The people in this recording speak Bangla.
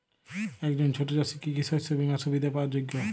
একজন ছোট চাষি কি কি শস্য বিমার সুবিধা পাওয়ার যোগ্য?